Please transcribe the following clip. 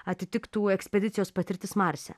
atitiktų ekspedicijos patirtis marse